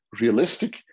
realistic